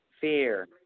fear